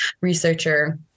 researcher